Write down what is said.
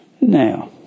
Now